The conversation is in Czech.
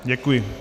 Děkuji.